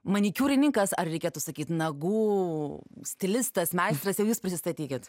manikiūrininkas ar reikėtų sakyt nagų stilistas meistras jau jūs prisistatykit